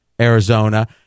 Arizona